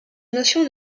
notion